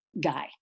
guy